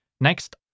Next